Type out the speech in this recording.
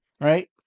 right